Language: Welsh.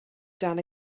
dan